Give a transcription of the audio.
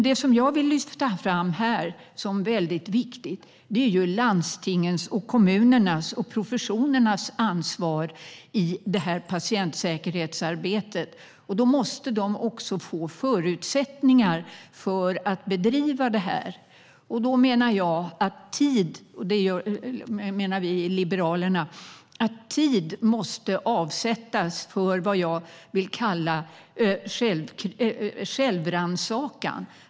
Det som jag vill lyfta fram här som viktigt är landstingens, kommunernas och professionernas ansvar i patientsäkerhetsarbetet. Då måste de också få förutsättningar för att bedriva detta. Jag och vi i Liberalerna menar att tid måste avsättas för vad jag vill kalla självrannsakan.